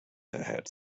had